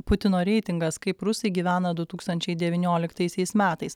putino reitingas kaip rusai gyvena du tūkstančiai devynioliktaisiais metais